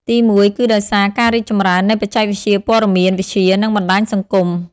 ទីមួយគឺដោយសារការរីកចម្រើននៃបច្ចេកវិទ្យាព័ត៌មានវិទ្យានិងបណ្តាញសង្គម។